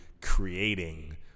creating